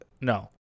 No